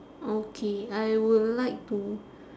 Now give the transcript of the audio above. okay I would like to